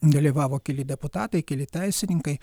dalyvavo keli deputatai keli teisininkai